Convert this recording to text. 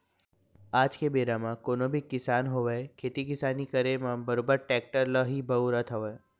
आज के बेरा म कोनो भी किसान होवय खेती किसानी के करे म बरोबर टेक्टर ल ही बउरत हवय